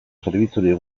zerbitzurik